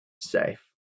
safe